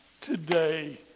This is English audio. today